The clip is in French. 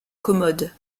commode